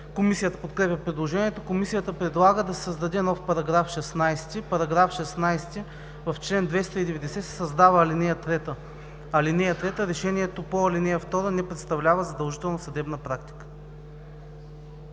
Комисията подкрепя предложението. Комисията предлага да се създаде нов § 16: „§ 16. В чл. 290 се създава ал. 3: „(3) Решението по ал. 2 не представлява задължителна съдебна практика.“